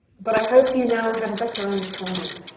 but i hope you now have a better understanding.